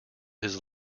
his